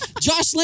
Josh